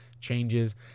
changes